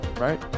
right